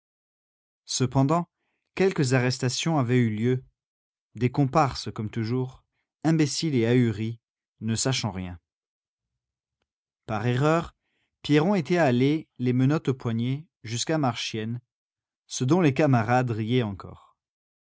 cependant quelques arrestations avaient eu lieu des comparses comme toujours imbéciles et ahuris ne sachant rien par erreur pierron était allé les menottes aux poignets jusqu'à marchiennes ce dont les camarades riaient encore